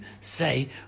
say